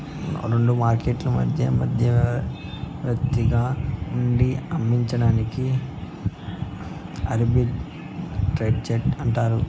రెండు మార్కెట్లు మధ్య మధ్యవర్తిగా ఉండి అమ్మించడాన్ని ఆర్బిట్రేజ్ అంటారు